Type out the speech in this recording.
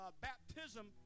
baptism